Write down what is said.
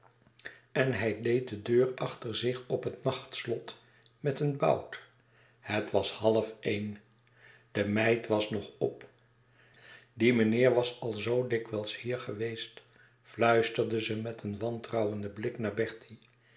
en hij deed de deur achter zich op het nachtslot met een bout het was half een de meid was nog op die meneer was al zoo dikwijls hier geweest fluisterde ze met een wantrouwenden blik naar bertie